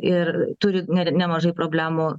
ir turi ne nemažai problemų